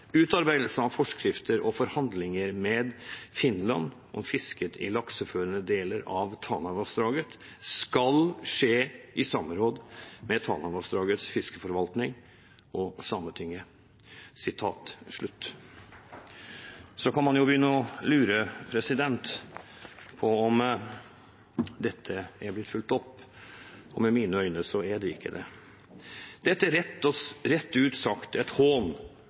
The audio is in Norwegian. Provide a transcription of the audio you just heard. av forskrifter og forhandlinger med Finland om fisket i lakseførende deler av Tanavassdraget skal skje i samråd med Tanavassdragets fiskeforvaltning og Sametinget.» Så kan man jo begynne å lure på om dette er blitt fulgt opp. I mine øyne er det ikke blitt det. Dette er rett ut sagt en hån